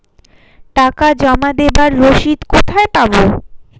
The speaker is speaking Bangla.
টাকা জমা দেবার রসিদ কোথায় পাব?